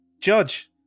Judge